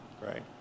right